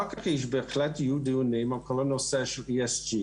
אחר כך בהחלט יהיו דיונים על כל הנושא של ESG,